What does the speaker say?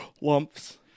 lumps